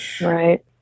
right